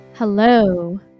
Hello